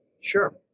Sure